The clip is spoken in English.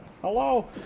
hello